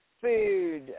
food